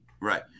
Right